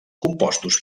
composts